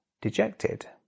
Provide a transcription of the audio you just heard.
dejected